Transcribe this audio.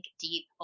deep